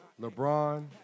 LeBron